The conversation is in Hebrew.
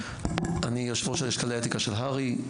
אני יושב ראש הלשכה לאתיקה של הר"י.